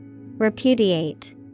Repudiate